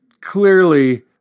clearly